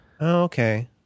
Okay